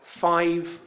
five